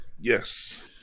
Yes